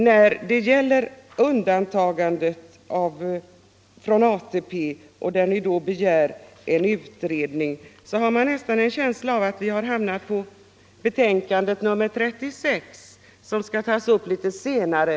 När det gäller undantagandet från ATP, där ni begär en utredning, har man nästan en känsla av att vi har hamnat i en diskussion om betänkandet nr 36, som skall tas upp litet senare.